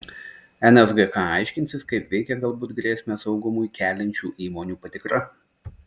nsgk aiškinsis kaip veikia galbūt grėsmę saugumui keliančių įmonių patikra